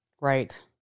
Right